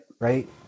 Right